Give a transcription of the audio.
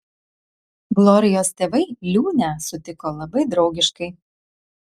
glorijos tėvai liūnę sutiko labai draugiškai